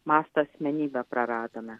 masto asmenybę praradome